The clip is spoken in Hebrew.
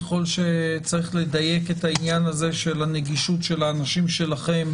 ככל שצריך לדייק את העניין הזה של הנגישות של האנשים שלכם